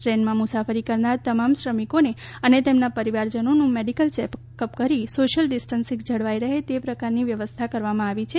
ટ્રેનમાં મુસાફરી કરનાર તમામ શ્રમિકો અને તેના પરિવારજનોનું મેડીકલ ચેકઅપ કરીને સોશ્ચિલ ડિસ્ટન્સીંગ જળવાઈ રહે તે પ્રકારની વ્યવસ્થા કરવામાં આવી છે